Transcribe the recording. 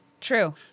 True